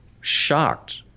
shocked